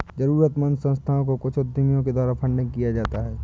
जरूरतमन्द संस्थाओं को कुछ उद्यमियों के द्वारा फंडिंग किया जाता है